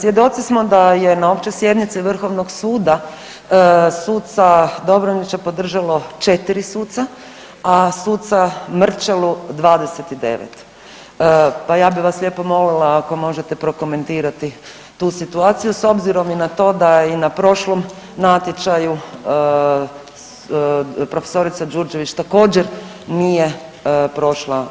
Svjedoci smo da je na Općoj sjednici VSRH suda Dobronića podržalo 4 suca, a suca Mrčelu 29 pa ja bih vas lijepo molila ako možete prokomentirati tu situaciju s obzirom i na to da i na prošlom natječaju profesorica Đurđević također, nije prošla